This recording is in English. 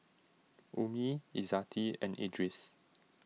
Ummi Izzati and Idris